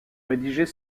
rédiger